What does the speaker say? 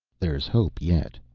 there's hope yet.